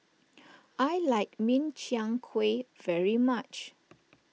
I like Min Chiang Kueh very much